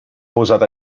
posat